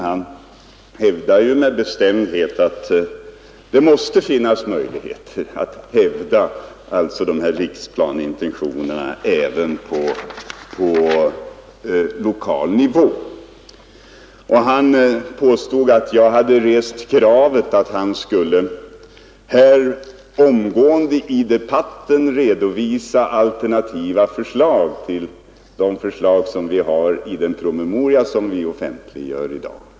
Han anför med bestämdhet att det måste finnas möjligheter att hävda riksplaneintentionerna även på lokal nivå. Han påstod också att jag hade rest kravet att han skulle omgående här i debatten redovisa alternativ till de förslag som finns i den promemoria vi offentliggör i dag.